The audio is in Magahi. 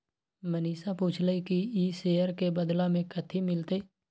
मनीषा पूछलई कि ई शेयर के बदला मे कथी मिलतई